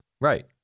Right